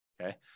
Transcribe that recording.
Okay